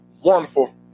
wonderful